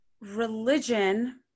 religion